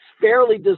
fairly